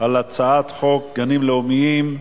על הצעת חוק גנים לאומיים,